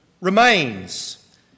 remains